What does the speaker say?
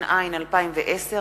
התש"ע 2010,